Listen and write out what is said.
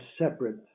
separate